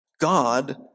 God